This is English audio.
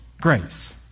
grace